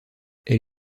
elle